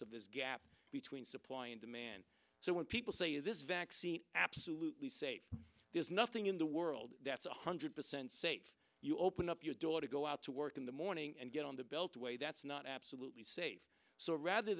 of this gap between supply and demand so when people say is this vaccine absolutely safe there's nothing in the world that's one hundred percent safe you open up your door to go out to work in the morning and get on the beltway that's not absolutely safe so rather